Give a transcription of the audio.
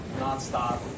nonstop